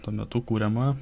tuo metu kuriamą